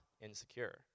insecure